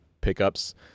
pickups